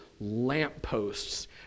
lampposts